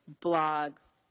blogs